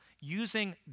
using